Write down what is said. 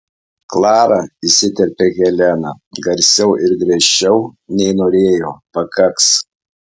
klara įsiterpia helena garsiau ir griežčiau nei norėjo pakaks